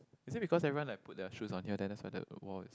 is it because everyone like put their shoes on here then that's why the wall is